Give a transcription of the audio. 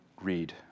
read